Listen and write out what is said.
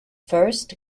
first